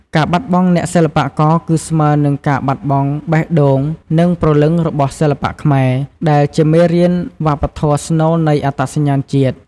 ការបាត់បង់អ្នកសិល្បករគឺស្មើនឹងការបាត់បង់បេះដូង និងព្រលឹងរបស់សិល្បៈខ្មែរ ដែលជាមេរៀនវប្បធម៌ស្នូលនៃអត្តសញ្ញាណជាតិ។